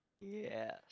Yes